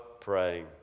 praying